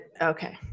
Okay